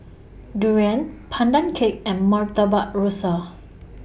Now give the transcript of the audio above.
Durian Pandan Cake and Murtabak Rusa